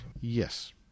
Yes